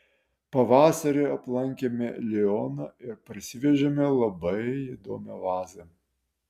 pavasarį aplankėme lioną ir parsivežėme labai įdomią vazą